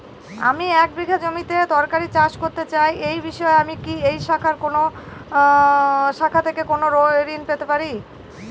আমি এক বিঘা জমিতে তরিতরকারি চাষ করতে চাই এই বিষয়ে আমি কি এই শাখা থেকে কোন ঋণ পেতে পারি?